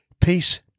Peace